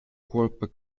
cuolpa